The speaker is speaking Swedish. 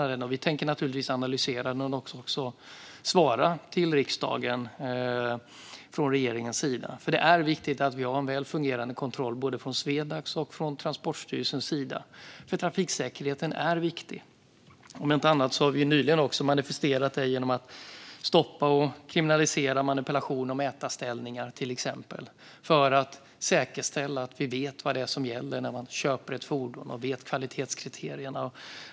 Från regeringens sida tänker vi naturligtvis analysera den och svara till riksdagen. Det är viktigt att vi har en väl fungerande kontroll både från Swedacs sida och från Transportstyrelsens sida, för trafiksäkerheten är viktig. Om inte annat har vi till exempel nyligen manifesterat detta genom att stoppa och kriminalisera manipulation av mätarställningar för att säkerställa att man vet vad det är som gäller när man köper ett fordon och att man känner till kvalitetskriterierna.